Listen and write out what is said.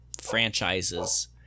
franchises